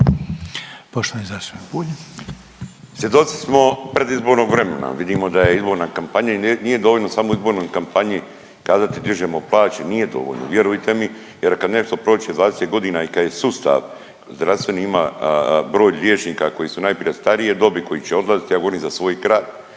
Miro (MOST)** Svjedoci smo predizbornog vremena. Vidimo da je izborna kampanja i nije dovoljno samo u izbornoj kampanji kazati dižemo plaće, nije dovoljno vjerujte mi, jer kad nešto prođe 20 godina i kad je sustav zdravstveni ima broj liječnika koji su najprije starije dobi koji će odlaziti ja govorim za svoj kraj,